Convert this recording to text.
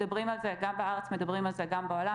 מדברים על זה גם בארץ, מדברים על זה גם בעולם.